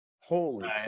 Holy